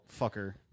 fucker